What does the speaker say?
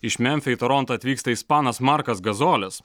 iš memfio į torontą atvyksta ispanas markas gazolis